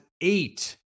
eight